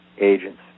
agents